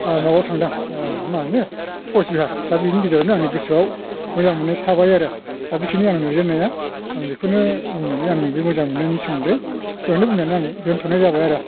माबायाव थांदां मा होनो कचबिहार दा बिनि गेजेरावनो आंनि गोसोआव मोजां मोननाया थाबाय आरो दा बेखिनि आं नुजेननाया आं बेखौनो बुंनानै आंनि बे मोजां मोननायनि सोमोन्दै बेयावनो बुंनानै आं दोनथ'नाय जाबाय आरो